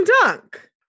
dunk